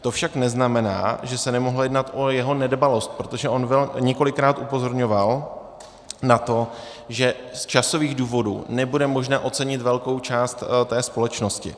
To však neznamená, že se nemohlo jednat o jeho nedbalost, protože on několikrát upozorňoval na to, že z časových důvodů nebude možné ocenit velkou část té společnosti.